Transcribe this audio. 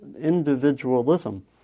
individualism